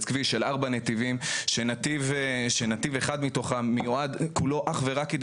כביש של ארבעה נתיבים כשנתיב אחד מתוכם מיועד כולו אך ורק כדי